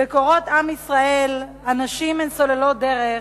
בקורות עם ישראל הנשים הן סוללות דרך,